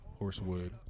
horsewood